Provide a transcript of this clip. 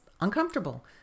uncomfortable